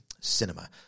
cinema